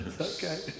Okay